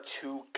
two